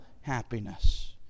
happiness